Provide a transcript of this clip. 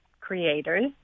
creators